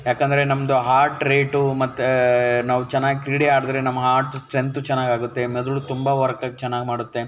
ಯಾಕಂದರೆ ನಮ್ಮದು heart rate ಮತ್ತು ನಾವು ಚೆನ್ನಾಗಿ ಕ್ರೀಡೆ ಆಡಿದರೆ ನಮ್ಮ ಹಾರ್ಟ್ ಸ್ಟ್ರೆಂಥ್ ಚೆನ್ನಾಗಿ ಆಗುತ್ತೆ ಮೆದುಳು ತುಂಬ ವರ್ಕಾಗಿ ಚೆನ್ನಾಗಿ ಮಾಡುತ್ತೆ